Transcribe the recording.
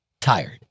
tired